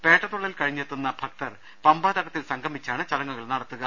പേട്ട തുള്ളൽ കഴിഞ്ഞെത്തുന്ന ഭക്തർ പമ്പാ തടത്തിൽ സംഗമിച്ചാണ് ചടങ്ങുകൾ നടത്തുക